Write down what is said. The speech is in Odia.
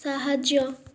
ସାହାଯ୍ୟ